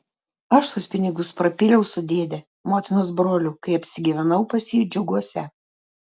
aš tuos pinigus prapyliau su dėde motinos broliu kai apsigyvenau pas jį džiuguose